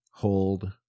hold